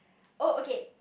oh okay